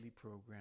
program